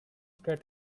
get